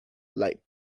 light